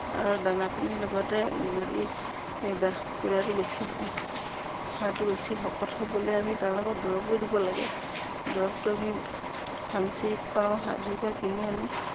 আৰু দানা পানীৰ লগতে যদি বেছি হাঁহটো বেছি শকত হ'বলৈ আমি তাৰ লগত দৰবো দিব লাগে দৰবটো আমি ফাৰ্মচীত পাওঁ ফাৰ্মচীৰপৰা কিনি আনো